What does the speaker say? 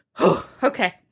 Okay